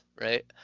right